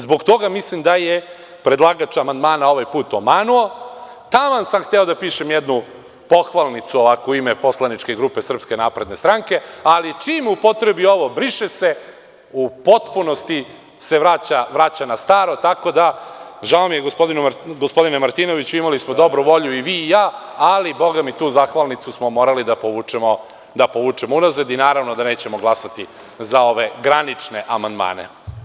Zbog toga mislim da je predlagač amandmana ovaj put omanuo, taman sam hteo da pišem jednu pohvalnicu u ime poslaničke grupe SNS, ali čim upotrebi ovo – briše se, u potpunosti se vraća na staro, tako da mi je žao gospodine Martinoviću imali smo dobru volju i vi i ja, ali bogami tu zahvalnicu smo morali da povučemo unazad i naravno da nećemo glasati za ove granične amandmane.